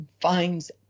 finds